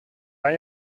ben